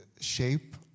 shape